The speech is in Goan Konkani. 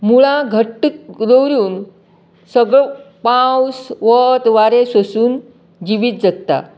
मुळां घट्ट दवरून सगळो पावस वत वारें सोंसून जिवीत जगतां